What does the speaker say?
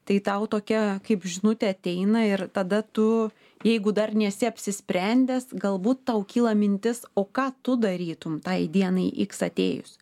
tai tau tokia kaip žinutė ateina ir tada tu jeigu dar nesi apsisprendęs galbūt tau kyla mintis o ką tu darytum tai dienai iks atėjus